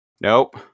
nope